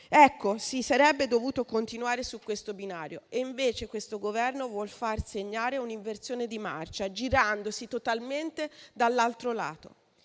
Ecco, si sarebbe dovuto continuare su questo binario e invece questo Governo vuol imprimere un'inversione di marcia, girandosi totalmente dall'altro lato.